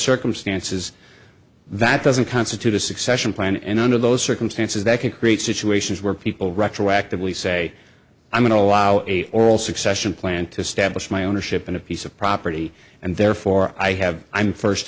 circumstances that doesn't constitute a succession plan and under those circumstances that could create situations where people retroactively say i'm going to allow a oral succession plan to establish my ownership in a piece of property and therefore i have i'm first